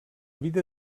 vida